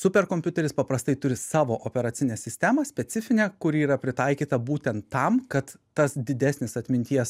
superkompiuteris paprastai turi savo operacinę sistemą specifinę kuri yra pritaikyta būtent tam kad tas didesnis atminties